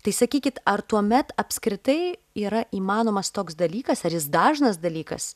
tai sakykit ar tuomet apskritai yra įmanomas toks dalykas ar jis dažnas dalykas